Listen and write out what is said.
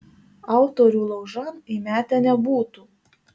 autorių laužan įmetę nebūtų